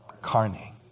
carne